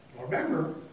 Remember